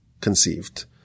conceived